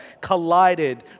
collided